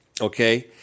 okay